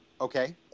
okay